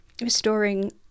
restoring